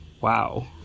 Wow